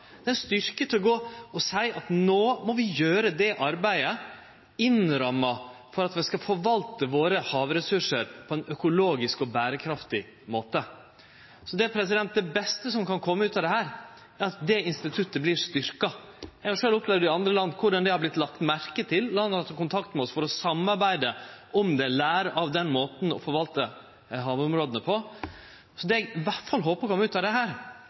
er ein styrke til å seie at no må vi gjere det arbeidet innan ramma for at vi skal forvalte våre havressursar på ein økologisk og berekraftig måte. Så det beste som kan kome ut av dette, er at det instituttet vert styrkt. Eg har sjølv opplevd korleis det har vorte lagt merke til i andre land, land som har teke kontakt med oss for å samarbeide om det, lære av den måten å forvalte havområda på. Det eg iallfall håpar kjem ut av